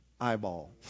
eyeball